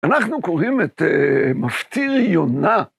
אנחנו קוראים את מפטיר יונה.